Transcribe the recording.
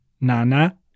Nana